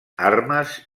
armes